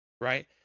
right